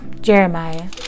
Jeremiah